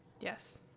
Yes